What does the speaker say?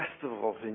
festivals